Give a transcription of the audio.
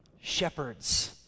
Shepherds